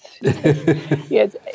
Yes